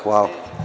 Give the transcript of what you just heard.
Hvala.